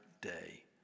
day